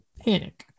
panic